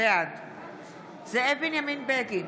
בעד זאב בנימין בגין,